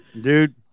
Dude